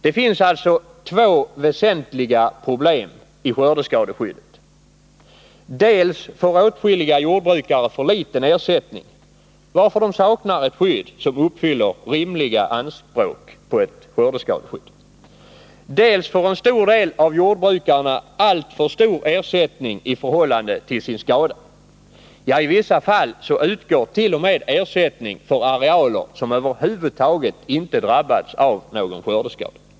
Det finns alltså två väsentliga problem i skördeskadeskyddet: dels får åtskilliga jordbrukare för liten ersättning, varför de saknar ett skydd som uppfyller rimliga anspråk på ett skördeskadeskydd, dels får en stor del av jordbrukarna alltför stor ersättning i förhållande till sin skada. Ja, i vissa fall utgår t.o.m. ersättning för arealer som över huvud taget inte drabbats av någon skördeskada.